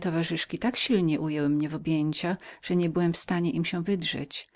towarzyszki moje tak silnie ujęły mnie w objęcia że nie byłem w stanie im się wydrzeć